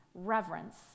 reverence